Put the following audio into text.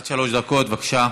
עד שלוש דקות, בבקשה.